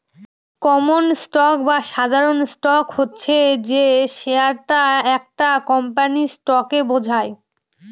common stock বা সাধারণ stock হচ্ছে যে শেয়ারটা একটা কোম্পানির স্টককে বোঝায়